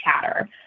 chatter